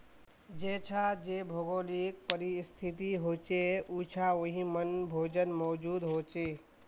जेछां जे भौगोलिक परिस्तिथि होछे उछां वहिमन भोजन मौजूद होचे